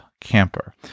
camper